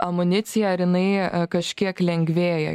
amunicija ar jinai kažkiek lengvėja